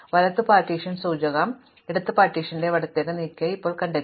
വലത് പാർട്ടീഷൻ സൂചകം ഇടത് പാർട്ടീഷന്റെ ഇടതുവശത്തേക്ക് നീങ്ങിയതായി ഇപ്പോൾ ഞാൻ കണ്ടെത്തി